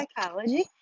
Psychology